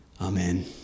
Amen